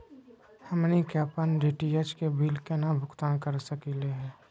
हमनी के अपन डी.टी.एच के बिल केना भुगतान कर सकली हे?